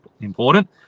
important